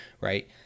right